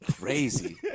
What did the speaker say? Crazy